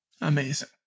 Amazing